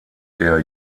der